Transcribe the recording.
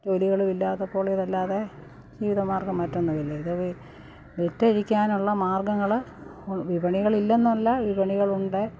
ജോലികളുമില്ലാത്തപ്പോളിതല്ലാതെ ജീവിതമാർഗ്ഗം മറ്റൊന്നുമില്ല ഇത് വി വിറ്റഴിക്കാനുള്ള മാര്ഗങ്ങള് വിപണികളില്ലെന്നല്ല വിപണികളുണ്ടെ